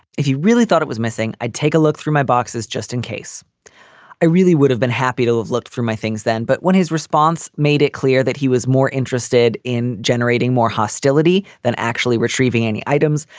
if he really thought it was missing, i'd take a look through my boxes just in case i really would have been happy to have looked for my things then. but when his response made it clear that he was more interested in generating more hostility than actually retrieving any items,